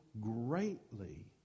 greatly